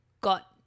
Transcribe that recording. got